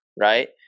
right